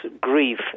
grief